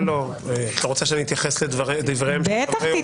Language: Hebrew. את לא רוצה שאני אתייחס לדבריהם של חברי אופוזיציה?